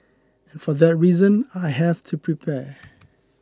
and for that reason I have to prepare